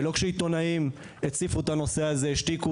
וכשעיתונאים הציפו את הנושא הזה השתיקו